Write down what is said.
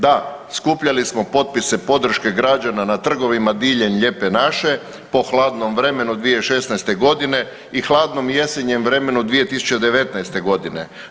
Da, skupljali smo potpise podrške građana na trgovima diljem lijepe naše po hladnom vremenu 2016. godine i hladnom jesenjem vremenu 2019. godine.